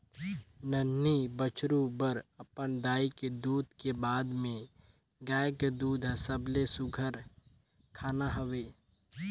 नान्हीं बछरु बर अपन दाई के दूद के बाद में गाय के दूद हर सबले सुग्घर खाना हवे